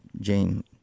Jane